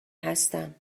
هستم